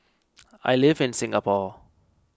I live in Singapore